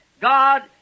God